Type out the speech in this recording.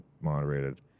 moderated